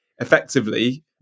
effectively